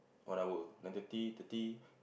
one hour then thirty thirty